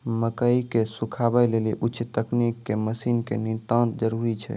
मकई के सुखावे लेली उच्च तकनीक के मसीन के नितांत जरूरी छैय?